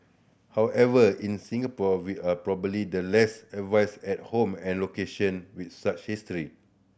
however in Singapore we are probably the less averse at home and location with such history